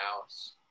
house